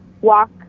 walk